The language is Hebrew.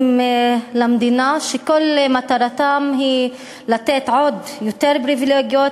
למדינה שכל מטרתו היא לתת עוד יותר פריבילגיות